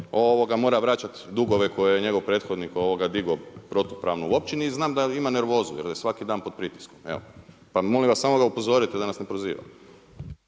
mora vraćati dugove koje je njegov prethodnik digo protupravno u općini i znam da ima nervozu jer je svaki dan pod pritiskom. Evo, pa molim vas samo ga upozorite da nas ne proziva.